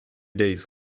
days